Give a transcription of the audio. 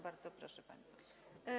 Bardzo proszę, pani poseł.